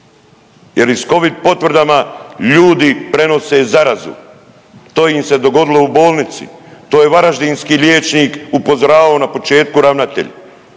jer i s covid potvrdama ljudi prenose zarazu. To im se dogodilo u bolnici. To je varaždinski liječnik upozoravao, na početku ravnatelj,